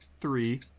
three